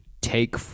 take